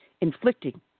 inflicting